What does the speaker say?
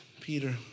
Peter